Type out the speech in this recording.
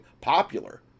popular